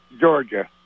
Georgia